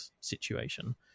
situation